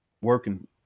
working